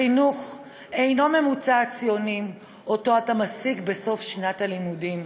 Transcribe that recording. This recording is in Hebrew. חינוך אינו ממוצע הציונים שאותו אתה משיג בסוף שנת הלימודים.